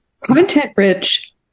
content-rich